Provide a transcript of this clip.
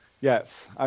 Yes